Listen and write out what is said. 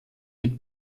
mit